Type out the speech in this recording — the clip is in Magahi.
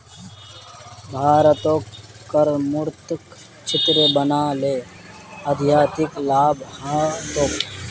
भारतक करमुक्त क्षेत्र बना ल अत्यधिक लाभ ह तोक